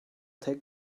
take